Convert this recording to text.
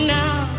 now